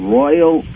royal